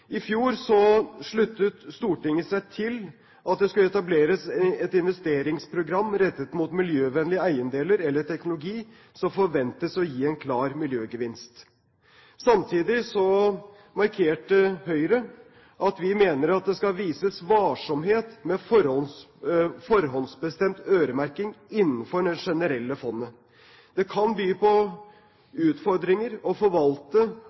I fjor sluttet Stortinget seg til at det skulle etableres et investeringsprogram rettet mot miljøvennlige eiendeler eller teknologi som forventes å gi en klar miljøgevinst. Samtidig markerte Høyre at vi mener at det skal vises varsomhet med forhåndsbestemt øremerking innenfor det generelle fondet. Det kan by på utfordringer å forvalte,